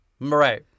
right